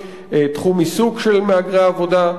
תחום עיסוק של מהגרי העבודה,